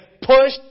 push